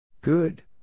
Good